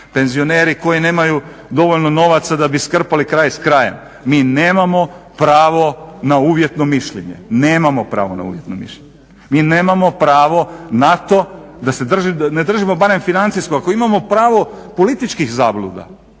penzioneri koji nemaju dovoljno novaca da bi skrpali kraj s krajem, mi nemamo pravo na uvjetno mišljenje, nemamo pravo na uvjetno mišljenje. Mi nemamo pravo na to da se ne držimo barem financijsko, ako imamo pravo političkih zabluda,